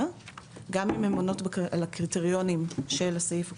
גם אם הן עונות על הקריטריונים של הסעיף הקודם.